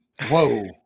whoa